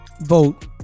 vote